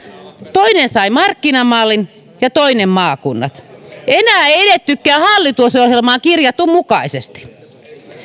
toinen sai markkinamallin ja toinen maakunnat enää ei edettykään hallitusohjelmaan kirjatun mukaisesti